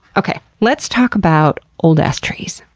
okay. let's talk about old-ass trees.